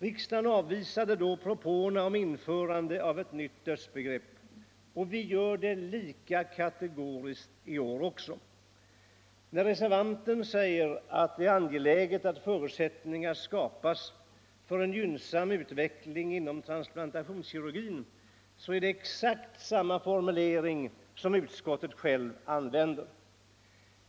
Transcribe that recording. Riksdagen avvisade då propåerna om införande av ett nytt dödsbegrepp. Vi gör det lika kategoriskt i år också. När reservanten säger att det är angeläget att förutsättningar skapas för en gynnsam utveckling inom transplantationskirurgin använder han exakt samma formulering som utskottet självt.